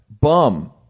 Bum